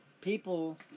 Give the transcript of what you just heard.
people